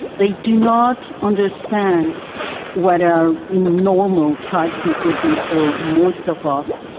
they do not understand what a normal childhood would be for most of us,